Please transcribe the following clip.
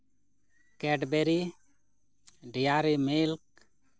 Cadbury dairy milk